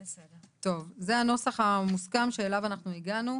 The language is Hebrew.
טוב, זה הנוסח המוסכם שאליו אנחנו הגענו.